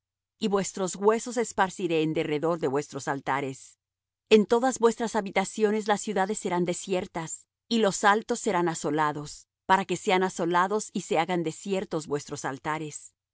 y vuestros huesos esparciré en derredor de vuestros altares en todas vuestras habitaciones las ciudades serán desiertas y los altos serán asolados para que sean asolados y se hagan desiertos vuestros altares